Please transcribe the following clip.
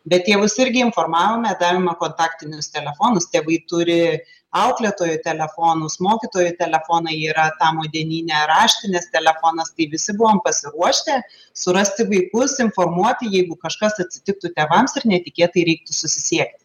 bet tėvus irgi informavome davėme kontaktinius telefonus tėvai turi auklėtojų telefonus mokytojų telefonai yra tamo dienyne raštinės telefonas tai visi buvom pasiruošę surasti vaikus informuoti jeigu kažkas atsitiktų tėvams ir netikėtai reiktų susisiekt